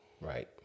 Right